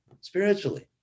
spiritually